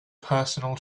personal